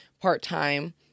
part-time